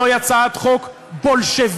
זוהי הצעת חוק בולשביקית,